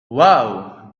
wow